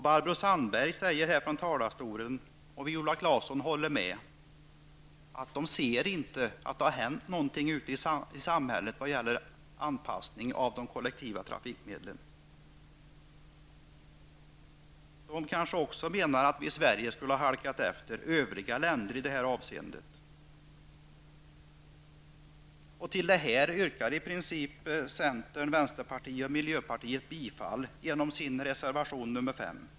Barbro Sandberg säger i talarstolen, och Viola Claesson håller med, att hon inte ser att det har hänt någonting ute i samhället vad gäller anpassning av de kollektiva trafikmedlen. De kanske också menar att vi i Sverige skulle ha halkat efter övriga länder i det här avseendet. Till detta yrkar i princip centern, vänsterpartiet och miljöpartiet bifall genom sin reservation nr 5.